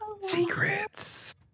Secrets